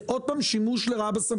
זה עוד פעם שימוש לרעה בסמכות.